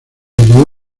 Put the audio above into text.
ayudó